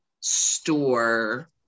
store